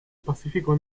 pacífico